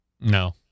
No